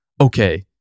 okay